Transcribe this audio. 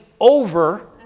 over